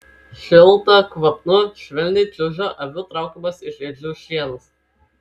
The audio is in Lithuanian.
šilta kvapnu švelniai čiuža avių traukiamas iš ėdžių šienas